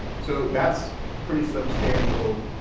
so that's pretty substantial